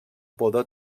poder